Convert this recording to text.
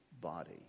body